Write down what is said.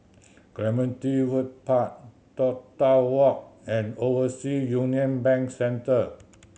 Clementi Wood Park Toh Tuck Walk and Oversea Union Bank Centre